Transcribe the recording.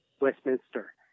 Westminster